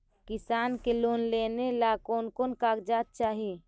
किसान के लोन लेने ला कोन कोन कागजात चाही?